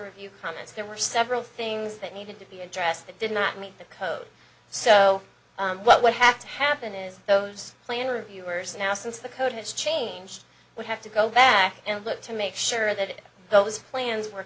review comments there were several things that needed to be addressed that did not meet the code so what would have to happen is those plan reviewers now since the code has changed would have to go back and look to make sure that those plans were